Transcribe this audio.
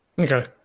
Okay